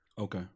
Okay